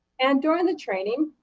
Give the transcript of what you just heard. and during the training,